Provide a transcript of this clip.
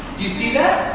do you see that?